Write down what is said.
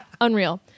Unreal